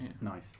Nice